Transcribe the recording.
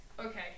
Okay